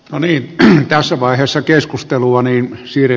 olin tässä vaiheessa keskustelua niin siiri